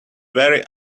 very